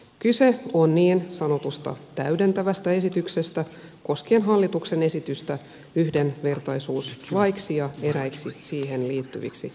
kyse on niin sanotusta täydentävästä esityksestä koskien hallituksen esitystä yhdenvertaisuuslaiksi ja eräiksi siihen liittyviksi laeiksi